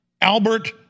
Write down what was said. Albert